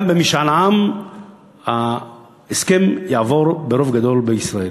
גם במשאל עם ההסכם יעבור ברוב גדול בישראל.